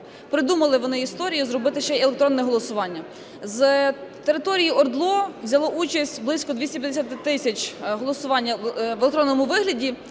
придумали вони історію зробити ще і електронне голосування. З території ОРДЛО взяло участь близько 250 тисяч в голосуванні в електронному вигляді: